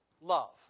Love